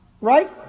right